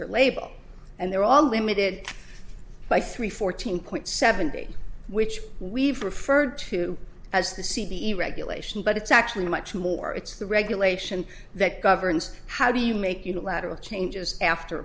their label and they're all limited by three fourteen point seven which we've referred to as the c b e regulation but it's actually much more it's the regulation that governs how do you make unilateral changes after